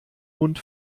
mund